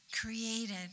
created